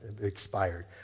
expired